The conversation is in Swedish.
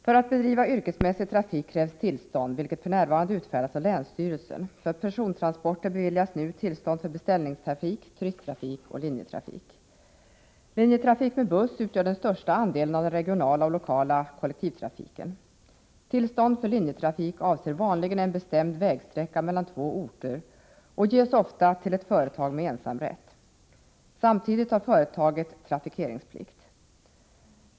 För att bedriva yrkesmässig trafik krävs tillstånd, vilket för närvarande Linjetrafik med buss utgör den största delen av den regionala och lokala kollektivtrafiken. Tillstånd för linjetrafik avser vanligen en bestämd vägsträcka mellan två orter och ges ofta till ett företag med ensamrätt. Samtidigt har företaget trafikeringsplikt.